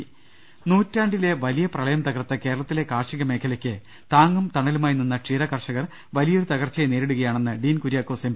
രദേഷ്ടെടു നൂറ്റാണ്ടിലെ വലിയ പ്രളയം തകർത്ത കേരളത്തിലെ കാർഷിക മേഖല യ്ക്ക് താങ്ങും തണലുമായി നിന്ന ക്ഷീരകർഷകർ വലിയൊരു തകർച്ചയെ നേരിടുകയാണെന്ന് ഡീൻ കുര്യാക്കോസ് എം